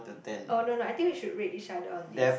oh no no I think we should rate each other on this